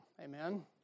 Amen